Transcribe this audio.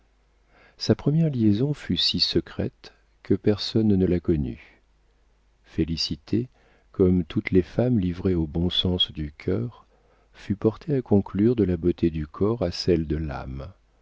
sa première liaison fut si secrète que personne ne la connut félicité comme toutes les femmes livrées au bon sens du cœur fut portée à conclure de la beauté du corps à celle de l'âme